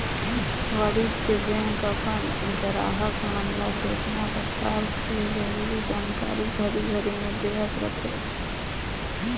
वाणिज्य बेंक अपन गराहक मन ल केतना परकार ले जरूरी जानकारी घरी घरी में देहत रथे